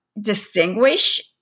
distinguish